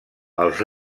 els